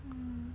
mm